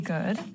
Good